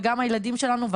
וגם הילדים שלנו,